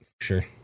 Sure